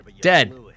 dead